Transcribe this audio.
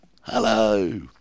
Hello